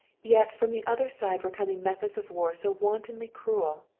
yet from the other side were coming methods of war so wantonly cruel,